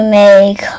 make